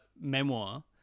memoir